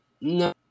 No